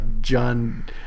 John